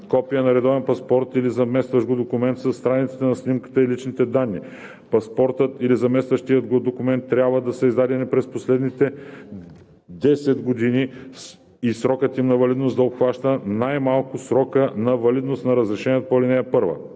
копие на редовен паспорт или заместващ го документ със страниците на снимката и личните данни; паспортът или заместващият го документ трябва да са издадени през последните 10 години и срокът им на валидност да обхваща най-малко срока на валидност на разрешението по ал. 1;